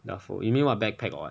duffel you mean what backpack or what